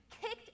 kicked